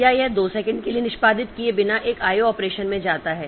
या यह 2 सेकंड के लिए निष्पादित किए बिना एक IO ऑपरेशन में जाता है